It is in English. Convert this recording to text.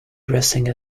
dressing